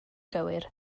gywir